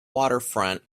waterfront